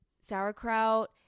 sauerkraut